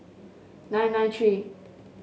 nine nine three